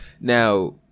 Now